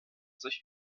sich